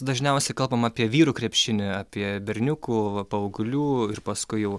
dažniausiai kalbam apie vyrų krepšinį apie berniukų paauglių ir paskui jau